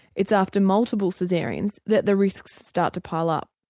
it's after multiple so caesareans that the risks start to pile up.